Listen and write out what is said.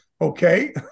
Okay